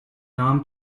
armed